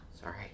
Sorry